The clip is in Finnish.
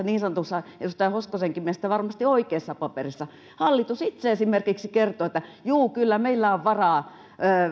niin sanotuista ja edustaja hoskosenkin mielestä varmasti oikeista papereista hallitus itse esimerkiksi kertoo että juu kyllä meillä on varaa